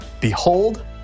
behold